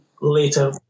later